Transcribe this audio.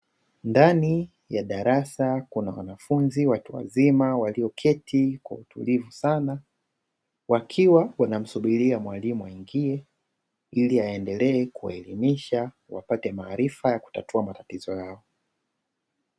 Ndani ya darasa kuna wanafunzi watu wazima walioketi kwa utulivu sana wakiwa wanamsubiria mwalimu aingie ili aendelee kuwaelimisha wapate kutatua matatizo yao.